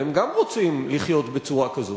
אבל גם הם רוצים לחיות בצורה כזאת.